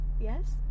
Yes